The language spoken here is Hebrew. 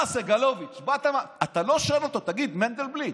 אתה, סגלוביץ', לא שואל אותו: תגיד, מנדלבליט,